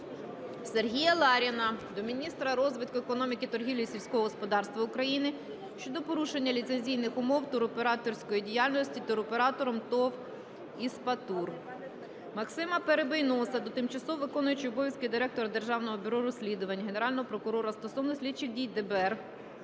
Сергія Ларіна до міністра розвитку економіки, торгівлі та сільського господарства України щодо порушення ліцензійних умов туроператорської діяльності туроператором ТОВ "ІСПАТУР". Максима Перебийноса до тимчасово виконуючої обов'язки Директора Державного бюро розслідувань, Генерального прокурора стосовно слідчих дій ДБР